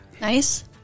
Nice